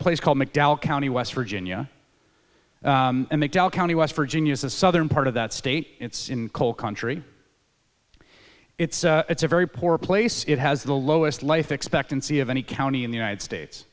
place called mcdowell county west virginia and the dallas county west virginia's the southern part of that state it's in coal country it's it's a very poor place it has the lowest life expectancy of any county in the united states